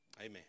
Amen